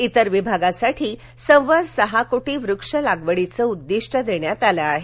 इतर विभागासाठी सव्वा सहा कोटी वृक्ष लागवडीचं उद्दिष्ट देण्यात आलं आहे